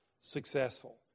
successful